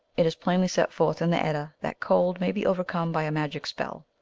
it is plainly set forth in the edda that cold may be overcome by a magic spell.